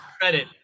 credit